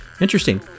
Interesting